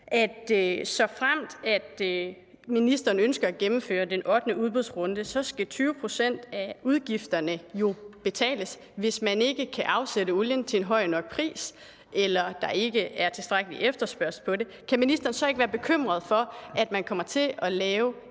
Såfremt ministeren ønsker at gennemføre den ottende udbudsrunde, skal 20 pct. af udgifterne jo betales af fonden, hvis man ikke kan afsætte olien til en høj nok pris eller der ikke er tilstrækkelig efterspørgsel på det. Kan ministeren så ikke være bekymret for, at man kommer til at lave